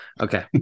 okay